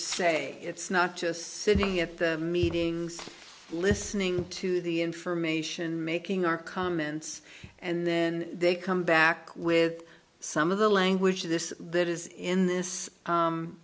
say it's not just sitting at the meetings listening to the information making our comments and then they come back with some of the language of this that is in this